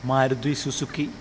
Maruti Suzuki